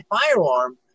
firearm